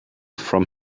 from